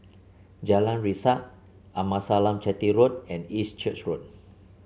Jalan Resak Amasalam Chetty Road and East Church Road